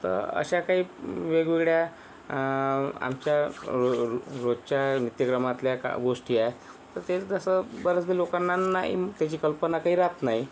तर अशा काही वेगवेगळ्या आमच्या रो रोजच्या नित्यक्रमातल्या का गोष्टी आहे तर ते तसं बऱ्याचदा लोकांना नाही त्याची कल्पना काही राहत नाही